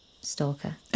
Stalker